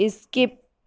skip